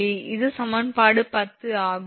எனவே இது சமன்பாடு 10 ஆகும்